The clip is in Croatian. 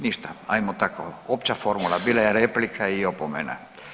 Ništa, ajmo tako, opća formula, bila je replika i opomena.